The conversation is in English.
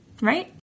right